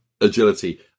agility